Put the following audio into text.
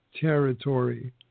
territory